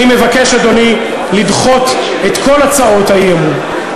אני מבקש, אדוני, לדחות את כל הצעות האי-אמון.